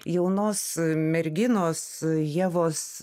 jaunos merginos ievos